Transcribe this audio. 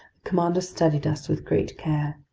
commander studied us with great care.